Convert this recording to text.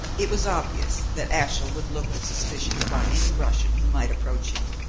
it was obvious that ashiel would look with suspicion upon any russian who might approach him,